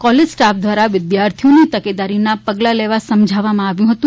કોલેજના સ્ટાફ દ્વારા વિદ્યાર્થીઓને તકેદારીના પગલાં લેવા સમજાવવામાં આવ્યું હતુ